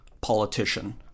politician